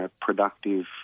productive